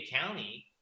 County